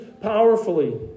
powerfully